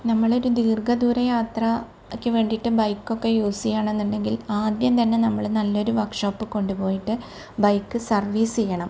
നമ്മൾ ഒരു ദീർഘ ദൂര യാത്രക്ക് വേണ്ടിയിട്ട് ബൈക്ക് ഒക്കെ യൂസ് ചെയ്യണമെന്നുണ്ടെങ്കിൽ ആദ്യം തന്നെ നമ്മൾ നല്ലൊരു വർക്ക്ഷോപ്പിൽ കൊണ്ട് പോയിട്ട് ബൈക്ക് സർവ്വീസ് ചെയ്യണം